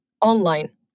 online